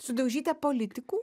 sudaužyta politikų